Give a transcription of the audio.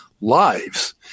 lives